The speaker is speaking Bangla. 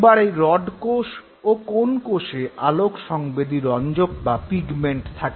এবার এই রড ও কোণ কোষে আলোকসংবেদী রঞ্জক বা পিগমেন্ট থাকে